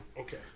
Okay